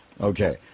Okay